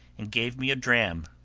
and gave me a dram,